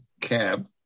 cab